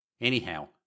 Anyhow